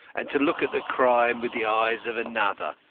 and to look at the crime with the eyes of another,